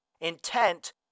intent